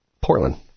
Portland